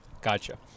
Gotcha